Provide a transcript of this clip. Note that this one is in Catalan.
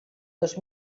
dos